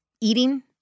eating